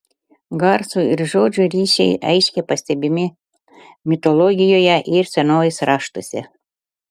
garso ir žodžio ryšiai aiškiai pastebimi mitologijoje ir senovės raštuose